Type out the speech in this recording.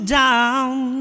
down